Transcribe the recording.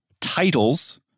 titles